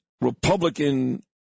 Republican